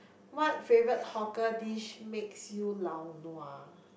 what favourite hawker dish makes you lao nua